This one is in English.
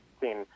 seen